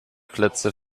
plätze